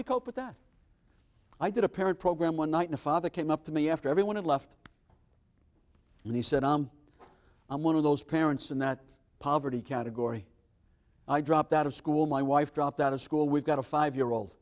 we cope with that i did a parent program one night and father came up to me after everyone had left and he said mom i'm one of those parents in that poverty category i dropped out of school my wife dropped out of school we've got a five year old